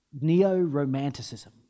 neo-romanticism